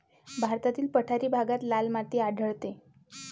भारतातील पठारी भागात लाल माती आढळते